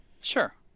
Sure